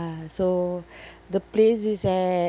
so the place is at